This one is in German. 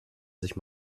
sich